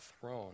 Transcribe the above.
throne